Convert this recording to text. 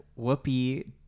Whoopi